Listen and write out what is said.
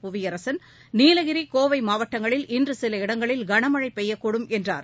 புவியரசன் நீலகிரி கோவை மாவட்டங்களில் இன்று சில இடங்களில் கனமழை பெய்யக்கூடும் என்றார்